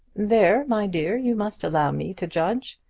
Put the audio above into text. there, my dear, you must allow me to judge.